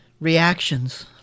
reactions